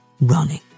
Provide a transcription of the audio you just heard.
running